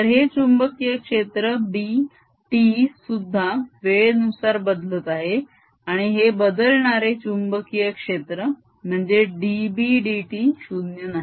तर हे चुंबकीय क्षेत्र B t सुद्धा वेळेनुसार बदलत आहे आणि हे बदलणारे चुंबकीय क्षेत्र म्हणजे dB dt 0 नाही